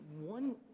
one